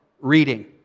reading